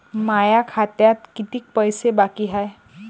माया खात्यात कितीक पैसे बाकी हाय?